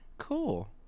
cool